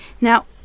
Now